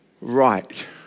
right